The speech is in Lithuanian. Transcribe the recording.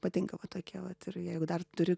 patinka va tokie vat ir jeigu dar turi